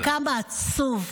כמה עצוב,